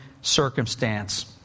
circumstance